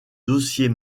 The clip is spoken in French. dossier